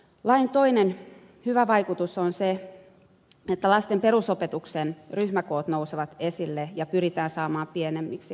lain toinen hyvä vaikutus on se että lasten perusopetuksen ryhmäkoot nousevat esille ja pyritään saamaan pienemmiksi